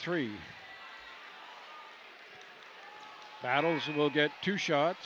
three battles will get two shot